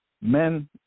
men